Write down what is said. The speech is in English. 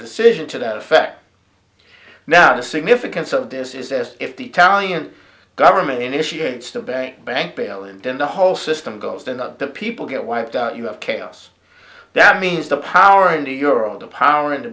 decision to that effect now the significance of this is as if the italian government initiate still very bank bail and then the whole system goes then the people get wiped out you have chaos that means the power in the euro the power in the